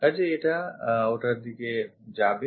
কাজেই এটা ওটার দিকে যায়